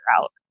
out